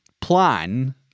plan